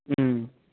ꯎꯝ